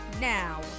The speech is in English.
Now